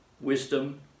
wisdom